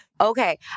Okay